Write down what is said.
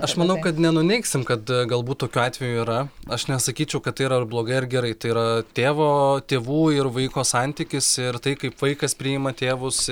aš manau kad nenuneigsim kad galbūt tokių atvejų yra aš nesakyčiau kad tai yra ar blogai ar gerai tai yra tėvo tėvų ir vaiko santykis ir tai kaip vaikas priima tėvus